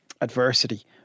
adversity